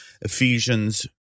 Ephesians